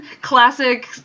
classic